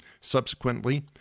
Subsequently